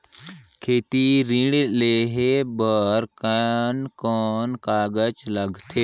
खेती ऋण लेहे बार कोन कोन कागज लगथे?